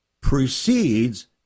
precedes